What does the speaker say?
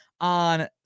on